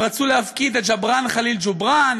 הם רצו להפקיר את ג'ובראן ח'ליל ג'ובראן,